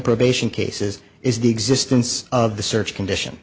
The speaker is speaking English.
probation cases is the existence of the search condition